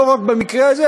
לא רק במקרה הזה,